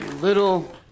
Little